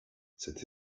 cette